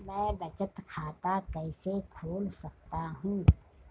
मैं बचत खाता कैसे खोल सकता हूँ?